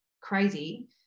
crazy